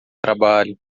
trabalho